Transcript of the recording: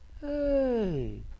Hey